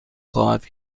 خواهد